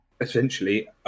essentially